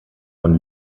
von